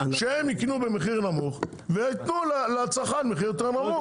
שהם יקנו במחיר נמוך וייתנו לצרכן מחיר יותר נמוך,